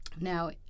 Now